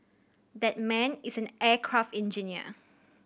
that man is an aircraft engineer